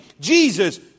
Jesus